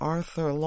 Arthur